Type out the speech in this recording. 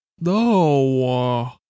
No